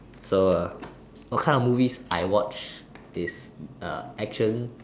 so err what kinds of movies I watch is uh action